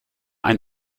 ein